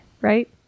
right